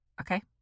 Okay